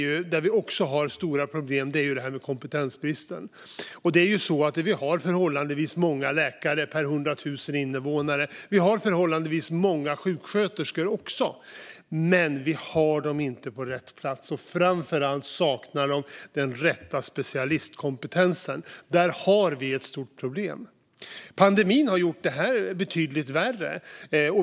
Vi har också stora problem med kompetensbrist. Vi har förhållandevis många läkare per 100 000 invånare och även förhållandevis många sjuksköterskor. Men vi har dem inte på rätt plats, och framför allt saknar de den rätta specialistkompetensen. Där har vi ett stort problem, och pandemin har gjort det betydligt värre.